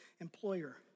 employer